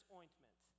ointment